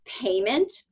payment